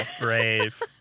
brave